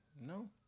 No